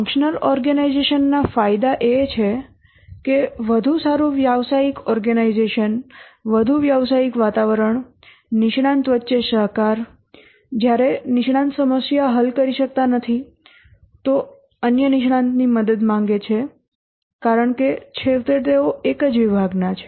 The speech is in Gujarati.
ફંક્શનલ ઓર્ગેનાઇઝેશન ના ફાયદા એ છે કે વધુ સારું વ્યાવસાયિક ઓર્ગેનાઇઝેશન વધુ વ્યવસાયિક વાતાવરણ નિષ્ણાત વચ્ચે સહકાર જયારે નિષ્ણાત સમસ્યા હલ કરી શકતા નથી અન્ય નિષ્ણાતની મદદ માંગે છે કારણ કે છેવટે તેઓ એક જ વિભાગના છે